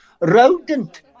rodent